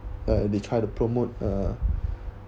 uh they try to promote uh